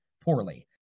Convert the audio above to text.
poorly